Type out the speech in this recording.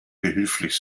behilflich